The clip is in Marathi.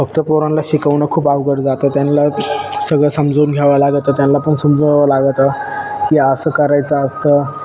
फक्त पोरानला शिकवणं खूप अवघड जातं त्यानला सगळं समजावून घ्यावं लागतं त्यानला पण समजवावं लागतं की असं करायचं असतं